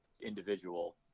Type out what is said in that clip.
individual